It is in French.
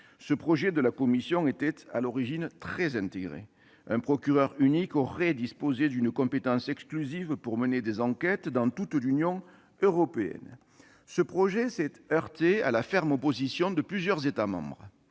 Ce projet de la Commission était, à l'origine, très intégré : un procureur unique aurait disposé d'une compétence exclusive pour mener des enquêtes dans toute l'Union européenne. Ce projet s'est heurté à la ferme opposition de plusieurs États membres.